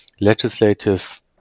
legislative